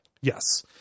Yes